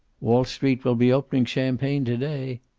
wall street will be opening champagne to-day